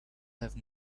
have